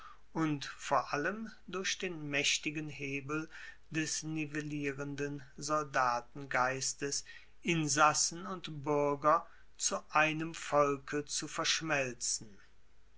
und vor allem durch den maechtigen hebel des nivellierenden soldatengeistes insassen und buerger zu einem volke zu verschmelzen